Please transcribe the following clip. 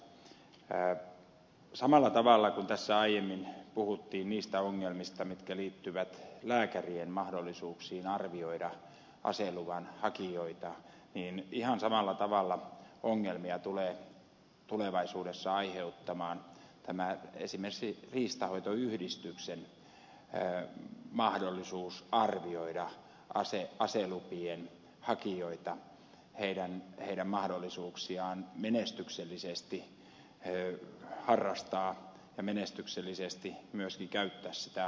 ihan samalla tavalla kuin tässä aiemmin puhuttiin niistä ongelmista mitkä liittyvät lääkärien mahdollisuuksiin arvioida aseluvan hakijoita ongelmia tulee tulevaisuudessa aiheuttamaan esimerkiksi riistanhoitoyhdistyksen mahdollisuus arvioida aselupien hakijoita heidän mahdollisuuksiaan menestyksellisesti harrastaa ja menestyksellisesti myöskin käyttää sitä asetta